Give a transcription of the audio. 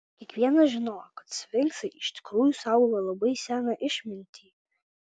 kiekvienas žinojo kad sfinksai iš tikrųjų saugojo labai seną išmintį